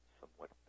somewhat